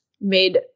made